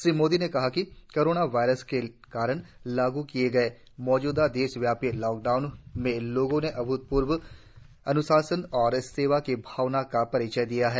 श्री मोदी ने कहा कि कोरोना वायरस के कारण लागू किए गए मौजूदा देशव्यापी लॉकडाउन में लोगों ने अभूतपूर्व अन्शासन और सेवा की भावना का परिचय दिया है